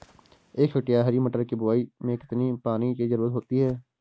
एक हेक्टेयर हरी मटर की बुवाई में कितनी पानी की ज़रुरत होती है?